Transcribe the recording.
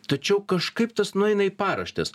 tačiau kažkaip tas nueina į paraštes